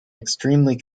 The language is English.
extremely